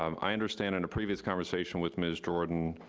um i understand in a previous conversation with mrs. jordan